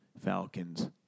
Falcons